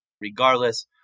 regardless